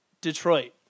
Detroit